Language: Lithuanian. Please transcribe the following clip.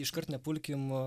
iškart nepulkim